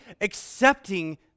accepting